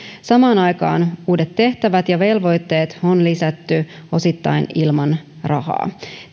samaan aikaan uudet tehtävät ja velvoitteet on lisätty osittain ilman rahaa